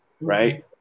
Right